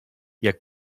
jak